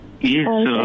Yes